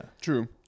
true